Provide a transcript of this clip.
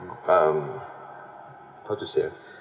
um how to say uh